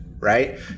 Right